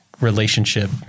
relationship